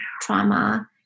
trauma